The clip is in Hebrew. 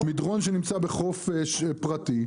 מדרון שנמצא בחוף פרטי,